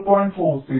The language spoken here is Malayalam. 36 0